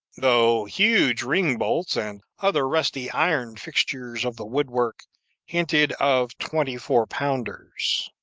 though huge ring-bolts and other rusty iron fixtures of the wood-work hinted of twenty-four-pounders.